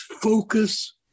focus